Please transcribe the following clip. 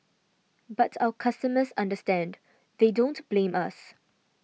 but our customers understand they don't blame us